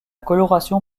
coloration